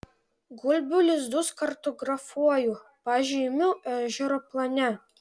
gulbių lizdus kartografuoju pažymiu ežero plane